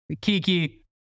kiki